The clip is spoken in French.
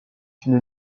une